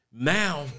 now